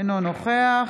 אינו נוכח